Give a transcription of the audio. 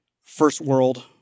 first-world